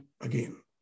again